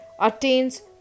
attains